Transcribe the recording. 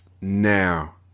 now